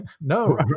No